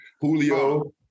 Julio